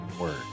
word